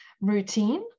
routine